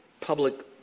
public